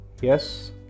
Yes